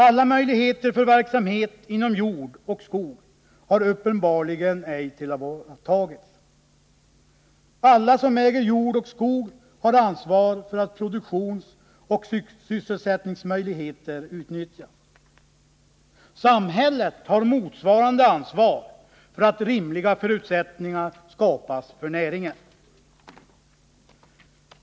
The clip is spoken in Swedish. Alla möjligheter för verksamhet inom jord och skog har uppenbarligen ej tillvaratagits. Alla som äger jord och skog har ansvar för att produktionsoch sysselsättningsmöjligheter utnyttjas. Samhället har motsvarande ansvar för att rimliga förutsättningar skapas för näringen.